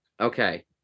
okay